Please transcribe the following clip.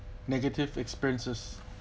negative experiences